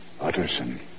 Utterson